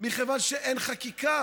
מכיוון שאין חקיקה